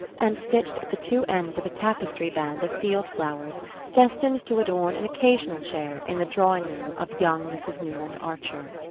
and stitched at the two ends of a tapestry band of field-flowers destined to adorn an occasional chair in the drawing-room of young mrs. newland archer.